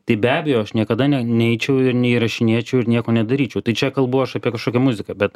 tai be abejo aš niekada ne neičiau ir neįrašinėčiau ir nieko nedaryčiau tai čia kalbu aš apie kažkokią muziką bet